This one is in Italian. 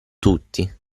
tutti